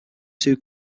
two